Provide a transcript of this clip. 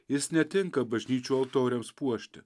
jis netinka bažnyčių altoriams puošti